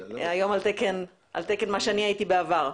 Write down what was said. היום על תקן מה שאני הייתי בעבר.